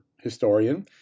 historian